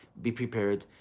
be prepared,